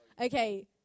Okay